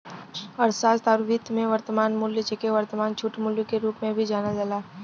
अर्थशास्त्र आउर वित्त में, वर्तमान मूल्य, जेके वर्तमान छूट मूल्य के रूप में भी जानल जाला